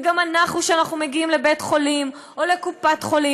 וגם אנחנו כשאנחנו מגיעים לבית-חולים או לקופת-חולים